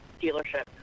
dealership